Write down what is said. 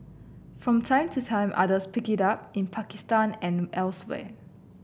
from time to time others pick it up in Pakistan and elsewhere